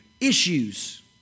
issues